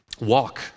walk